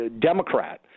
Democrat